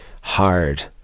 hard